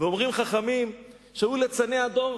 אומרים חכמים שהיו ליצני הדור